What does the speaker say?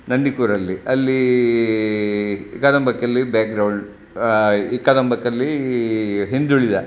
ನಂದಿಕೂರಲ್ಲಿ ಅಲ್ಲಿ economically background economically ಹಿಂದುಳಿದ